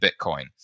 Bitcoin